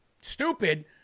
stupid